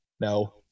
No